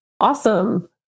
Awesome